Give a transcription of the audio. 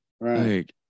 Right